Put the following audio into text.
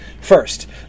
First